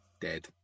dead